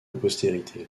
postérité